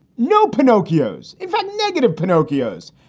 no, pinocchio's, in fact, negative pinocchio's.